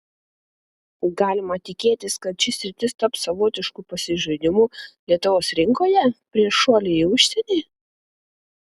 galima tikėtis kad ši sritis taps savotišku pasižaidimu lietuvos rinkoje prieš šuolį į užsienį